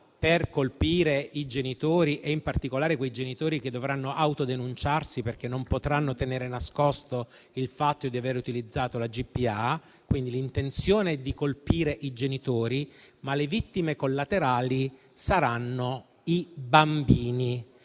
per colpire i genitori e, in particolare, quei genitori che dovranno autodenunciarsi perché non potranno tenere nascosto il fatto di aver utilizzato la GPA. L'intenzione è quindi colpire i genitori, ma le vittime collaterali saranno i bambini.